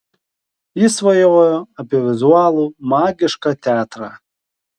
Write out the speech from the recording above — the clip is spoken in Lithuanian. ji svajojo apie vizualų magišką teatrą